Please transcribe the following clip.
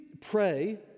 pray